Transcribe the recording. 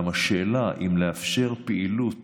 אולם השאלה אם לאפשר פעילות